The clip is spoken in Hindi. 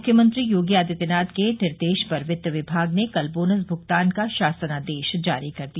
मुख्यमंत्री योगी आदित्यनाथ के निर्देश पर वित्त विभाग ने कल बोनस भुगतान का शासनादेश जारी कर दिया